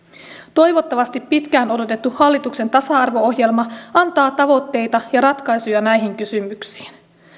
toivottavasti pitkään odotettu hallituksen tasa arvo ohjelma antaa tavoitteita ja ratkaisuja näihin kysymyksiin